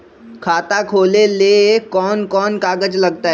खाता खोले ले कौन कौन कागज लगतै?